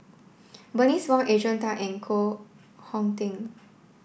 Bernice Wong Adrian Tan and Koh Hong Teng